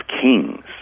kings